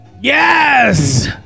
Yes